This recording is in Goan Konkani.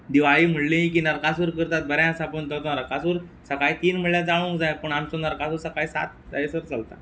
दिवाळी म्हळ्ळी की नरकासूर करतात बरें आसा पण तोनरकासूर सकाळीं तीन म्हळ्ळ्या जाळोंक जाय पूण आमचो नरकासूर सकाळीं सात जायसर चलता